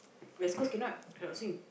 West-Coast cannot cannot swim